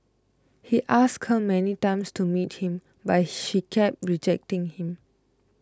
he asked her many times to meet him but she kept rejecting him